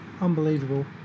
unbelievable